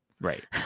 Right